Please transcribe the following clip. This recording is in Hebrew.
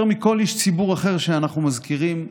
יותר מכל איש ציבור אחר שאנחנו מזכירים,